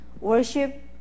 Worship